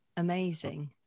Amazing